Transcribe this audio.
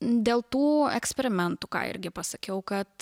dėl tų eksperimentų ką irgi pasakiau kad